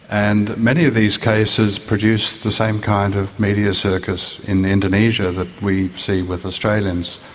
and many of these cases produce the same kind of media circus in indonesia that we see with australians.